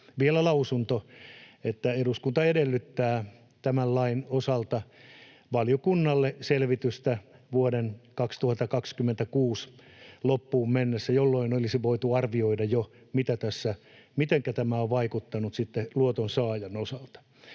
vielä lausuma, että eduskunta edellyttää tämän lain osalta selvitystä valiokunnalle vuoden 2026 loppuun mennessä, jolloin olisi voitu arvioida jo, mitenkä tämä on vaikuttanut sitten luotonsaajan osalta.